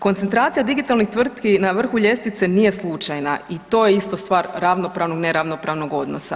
Koncentracija digitalnih tvrtki na vrhu ljestvice nije slučajna i to je isto stvar ravnopravnog, neravnopravnog odnosa.